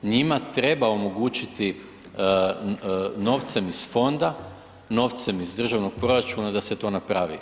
Njima treba omogućiti novcem iz fonda, novcem iz državnog proračuna da se to napravi.